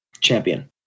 champion